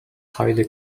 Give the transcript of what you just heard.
highly